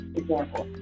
example